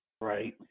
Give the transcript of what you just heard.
Right